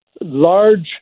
large